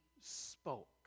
spoke